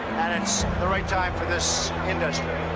and it's the right time for this industry.